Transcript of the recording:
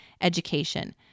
education